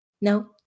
No